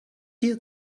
dir